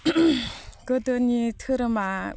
गोदोनि धोरोमा